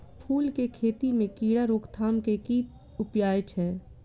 फूल केँ खेती मे कीड़ा रोकथाम केँ की उपाय छै?